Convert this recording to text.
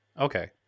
okay